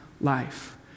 life